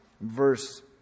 verse